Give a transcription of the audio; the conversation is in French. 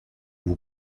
vous